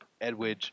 Edwidge